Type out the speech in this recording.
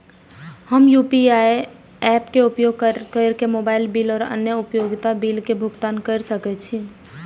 हम UPI apps के उपयोग केर के मोबाइल बिल और अन्य उपयोगिता बिल के भुगतान केर सके छी